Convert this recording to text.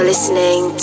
Listening